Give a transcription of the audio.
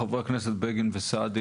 חברי הכנסת בגין וסעדי,